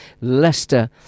Leicester